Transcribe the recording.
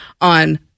on